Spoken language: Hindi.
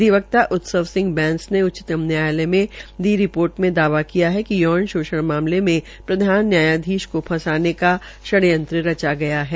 अधिवक्ता उत्सव सिंह बैंस ने उच्चतम न्यायालय मे दी रिपोर्ट में दावा किया कि यौन शोषण मामले में प्रधान न्यायाधीश की फंसाने का षडयंत्र रचा गया है